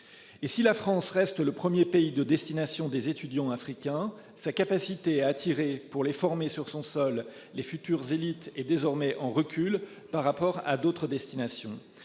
Et si la France reste le 1er pays de destination des étudiants africains sa capacité à attirer, pour les former sur son sol les futures élites et désormais en recul par rapport à d'autres destinations